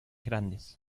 grandes